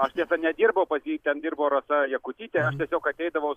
aš tiesa nedirbau pas jį ten dirbo rasa jakutytė aš tiesiog ateidavau